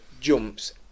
Jumps